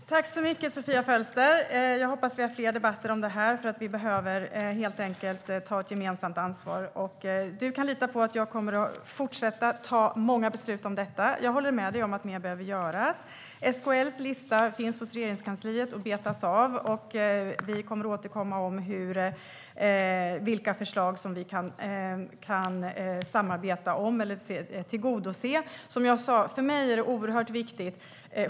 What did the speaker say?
Herr talman! Tack så mycket, Sofia Fölster! Jag hoppas att vi har fler debatter om detta, för vi behöver helt enkelt ta ett gemensamt ansvar. Du kan lita på att jag kommer att fortsätta ta många beslut om detta. Jag håller med om att mer behöver göras. SKL:s lista finns hos Regeringskansliet, och den betas av. Vi kommer att återkomma om vilka förslag vi kan samarbeta om eller tillgodose. Som jag sa är detta oerhört viktigt för mig.